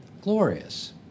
Glorious